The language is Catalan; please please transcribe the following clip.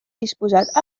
disposat